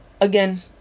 again